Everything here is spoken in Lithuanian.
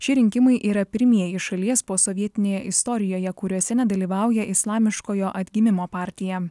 šie rinkimai yra pirmieji šalies posovietinėje istorijoje kuriuose nedalyvauja islamiškojo atgimimo partija